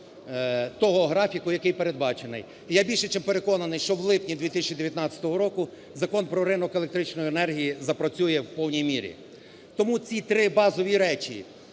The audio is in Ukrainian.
того графіку, який передбачений. І я більше чим переконаний, що в липні 2019 року Закон про ринок електричної енергії запрацює в повній мірі. Тому ці три базові речі,